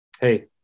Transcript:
hey